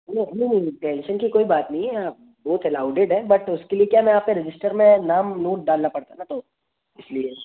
नहीं नहीं टेंशन की कोई बात नहीं है दो तो अलाउडेड है बट उसके लिए क्या ना आपका रजिस्टर में नाम नोट डालना पड़ता है ना तो इसलिए